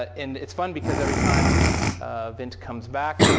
and it's fun, because every time vint comes back,